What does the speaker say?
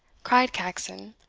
cried caxon,